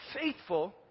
faithful